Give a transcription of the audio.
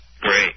Great